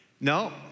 No